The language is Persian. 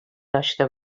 داشته